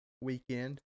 weekend